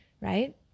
right